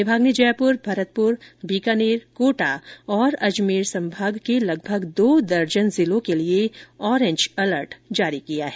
विभाग ने जयपुर भरतपुर बीकानेर कोटा और अजमेर संभाग के लगभग दो दर्जन जिलों के लिए ऑरेंज अलर्ट जारी किया हैं